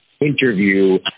interview